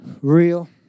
real